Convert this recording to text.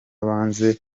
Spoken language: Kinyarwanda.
banze